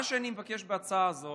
מה שאני מבקש בהצעה הזאת,